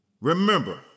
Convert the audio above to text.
Remember